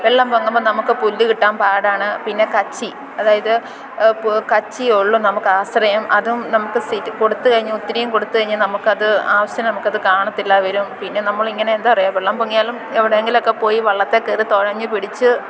വെള്ളം പൊങ്ങുമ്പം നമുക്ക് പുല്ല് കിട്ടാന് പാടാണ് പിന്നെ കച്ചി അതായത് കച്ചിയുള്ളൂ നമുക്ക് ആശ്രയം അതും നമക്ക് സ്ഥിരം കൊടുത്തു കഴിഞ്ഞാൽ ഒത്തിരിയും കൊടുത്തു കഴിഞ്ഞാൽ നമുക്ക് അത് ആവശ്യത്തിന് നമുക്ക് അത് കാണത്തില്ലാതെ വരും പിന്നെ നമ്മൾ ഇങ്ങനെ എന്താപറയുക വെള്ളം പൊങ്ങിയാലും എവിടെയെങ്കിലും ഒക്കെ പോയി വള്ളത്തിൽ കയറി തുഴഞ്ഞ് പിടിച്ച്